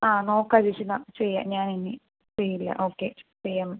ആ നോക്കാം ചേച്ചി എന്നാൽ ചെയ്യാം ഞാൻ ഇനി ചെയ്യാം